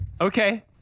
okay